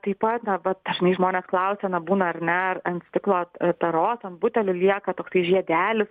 taip pat na vat dažnai žmonės klausia na būna ar ne ar ant stiklo taros ant butelių lieka toksai žiedelis